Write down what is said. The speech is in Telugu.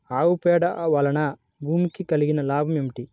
ఆవు పేడ వలన భూమికి కలిగిన లాభం ఏమిటి?